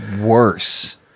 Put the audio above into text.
worse